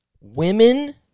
women